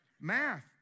Math